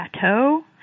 chateau